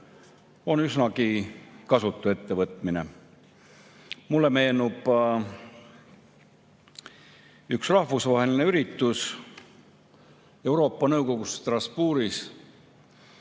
on üsnagi kasutu ettevõtmine. Mulle meenub üks rahvusvaheline üritus Euroopa Nõukogus Strasbourgis,